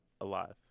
alive